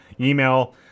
email